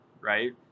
right